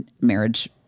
marriage